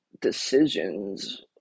decisions